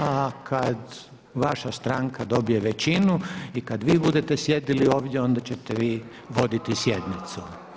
A kad vaša stranka dobije većinu i kad vi budete sjedili ovdje ona ćete vi voditi sjednicu.